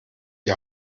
die